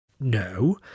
no